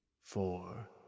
four